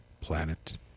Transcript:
planet